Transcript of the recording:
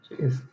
Jeez